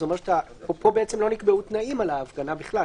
זה אומר פה לא נקבעו תנאים על ההפגנה בכלל.